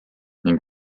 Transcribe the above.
ning